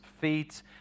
feet